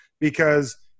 because-